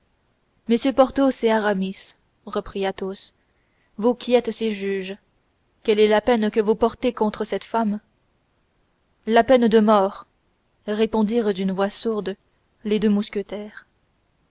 messieurs porthos et aramis reprit athos vous qui êtes ses juges quelle est la peine que vous portez contre cette femme la peine de mort répondirent d'une voix sourde les deux mousquetaires